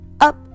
up